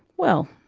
well,